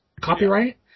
copyright